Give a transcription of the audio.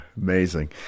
amazing